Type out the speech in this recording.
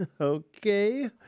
Okay